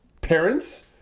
parents